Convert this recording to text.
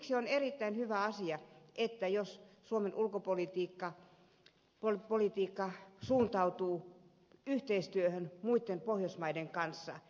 siksi on erittäin hyvä asia jos suomen ulkopolitiikka suuntautuu yhteistyöhön muiden pohjoismaiden kanssa